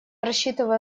рассчитываю